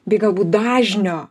bei galbūt dažnio